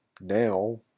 now